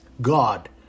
God